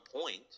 point